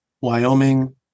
Wyoming